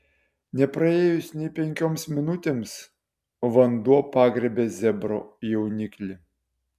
nepraėjus nė penkioms minutėms vanduo pagriebė zebro jauniklį